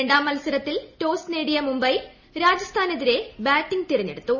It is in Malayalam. രണ്ടാം മത്സരത്തിന്റെ ടോസ് നേടിയ മുംബൈ രാജസ്ഥാനെതിരെ ബാറ്റിംഗ് തെരഞ്ഞെടുത്തു